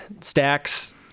stacks